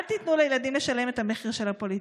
אל תיתנו לילדים לשלם את המחיר של הפוליטיקה,